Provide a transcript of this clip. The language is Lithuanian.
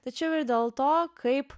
tačiau ir dėl to kaip